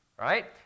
right